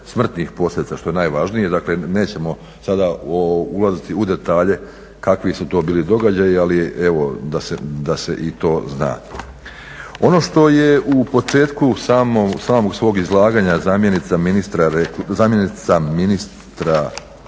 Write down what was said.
smrtnih posljedica što je najvažnije. Dakle nećemo sada ulaziti u detalje kakvi su to bili događaji, ali evo da se i to zna. Ono što je u početku samog svog izlaganja rekla zamjenica ministra